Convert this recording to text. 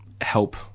help